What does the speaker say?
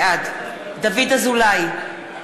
בעד דוד אזולאי,